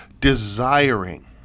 desiring